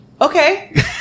okay